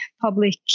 public